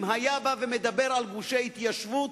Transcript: אם היה בא ומדבר על גושי ההתיישבות,